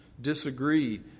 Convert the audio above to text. disagree